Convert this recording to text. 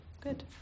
Good